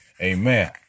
Amen